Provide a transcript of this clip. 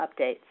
updates